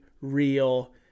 real